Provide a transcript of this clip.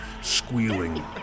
Squealing